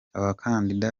abakandida